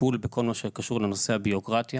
טיפול בכל מה שקשור לנושא הבירוקרטי,